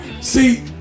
See